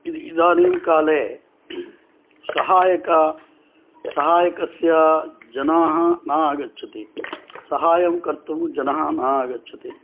इदानीं काले सहायक सहायकस्य जनाः न आगच्छन्ति सहायं कर्तुं जनः न आगच्छति